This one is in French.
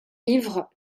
ivre